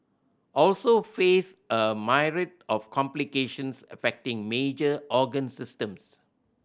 also face a myriad of complications affecting major organ systems